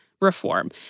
reform